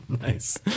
Nice